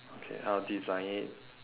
okay I'll design it